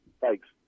Thanks